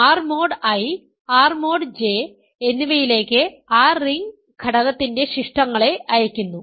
R mode I R mode J എന്നിവയിലേക്ക് ആ ring ഘടകത്തിൻറെ ശിഷ്ടങ്ങളെ അയക്കുന്നു